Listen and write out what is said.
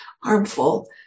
harmful